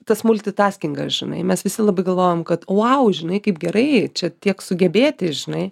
tas multitaskingas žinai mes visi labai galvojam kad vau žinai kaip gerai čia tiek sugebėti žinai